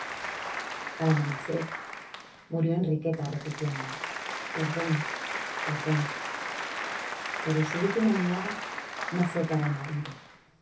al amanecer murió enriqueta repitiendo perdón perdón pero su última mirada no fue para el marido